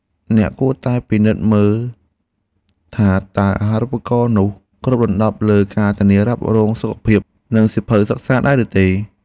អ្នកគួរតែពិនិត្យមើលថាតើអាហារូបករណ៍នោះគ្របដណ្តប់លើការធានារ៉ាប់រងសុខភាពនិងសៀវភៅសិក្សាដែរឬទេ។